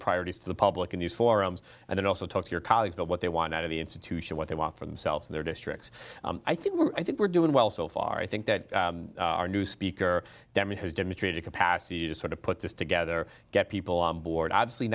priorities to the public in these forums and then also talk to your colleagues but what they want out of the institution what they want for themselves in their districts i think i think we're doing well so far i think that our new speaker demi has demonstrated capacity to sort of put this together get people on board